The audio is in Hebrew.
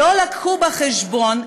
לא הביאו בחשבון,